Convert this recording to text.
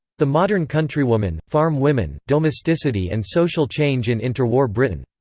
the modern countrywoman farm women, domesticity and social change in interwar britain.